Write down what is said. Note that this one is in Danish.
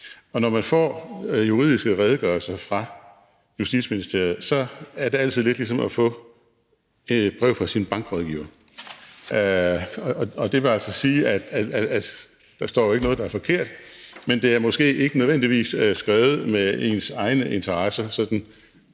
Og når man får juridiske redegørelser fra Justitsministeriet, er det altid lidt ligesom at få et brev fra sin bankrådgiver. Og det vil altså sige, at der jo ikke står noget, der er forkert, men det er måske heller ikke nødvendigvis skrevet med ens egne interesser